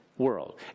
world